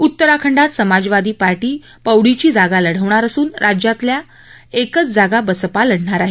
उत्तराखंडात Samajwadi party पौडीची जागा लढवणार असून राज्यातला एकच जागा बसपा लढवणार आहे